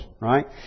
right